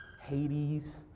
Hades